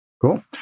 Cool